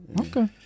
Okay